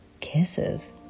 kisses